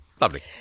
Lovely